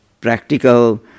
practical